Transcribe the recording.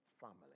family